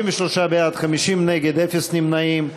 63 בעד, 50 נגד, אפס נמנעים.